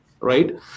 right